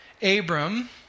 Abram